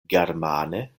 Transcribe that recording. germane